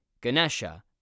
Ganesha